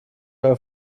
aber